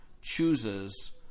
chooses